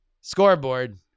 scoreboard